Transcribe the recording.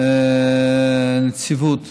נציבות